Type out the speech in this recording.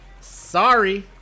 Sorry